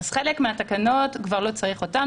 אז את חלק מהתקנות כבר לא צריך אותן.